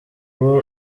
uba